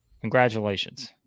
Congratulations